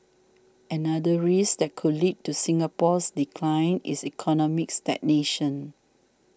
another risk that could lead to Singapore's decline is economic stagnation